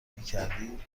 میکردی